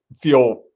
feel